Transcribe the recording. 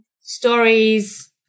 stories